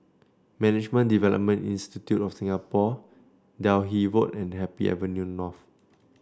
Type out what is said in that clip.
Management Development Institute of Singapore Delhi Road and Happy Avenue North